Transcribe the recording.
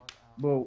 בואו,